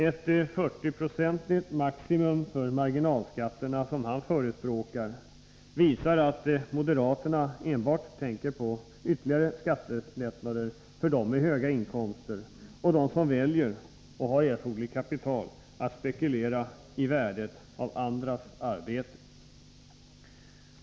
Ett 40-procentigt maximum för marginalskatterna, som han förespråkar, visar att moderaterna enbart tänker på ytterligare skattelättnader för dem med höga inkomster och för dem som har erforderligt kapital att spekulera i värdet av andras arbete.